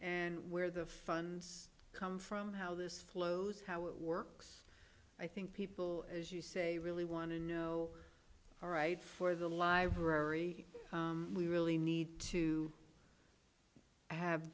and where the funds come from how this flows how it works i think people as you say really want to know all right for the library we really need to have